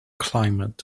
climate